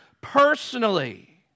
personally